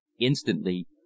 Instantly